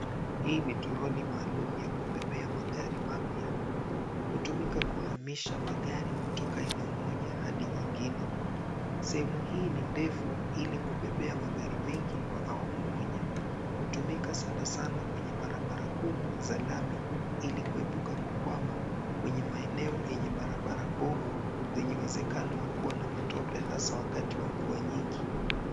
Hii ni toroli maalum ya kubebea magari mapya. Hutumika kuhamisha magari kutoka eneo moja hadi nyingine. Sehemu hii ni ndefu ili kubebea magari nyingi kwa awamu moja. Hutumika sana sana kwenye barabara kuu za lami ili kuepuka kukwama kwenye maeneo yenye barabara mbovu zenye uwezekano wa kuwa na matope hasa wakati wa mvua nyingi.